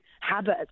habits